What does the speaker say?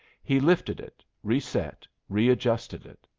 he lifted it, reset, readjusted it.